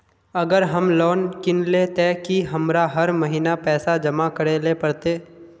अगर हम लोन किनले ते की हमरा हर महीना पैसा जमा करे ले पड़ते?